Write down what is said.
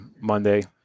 Monday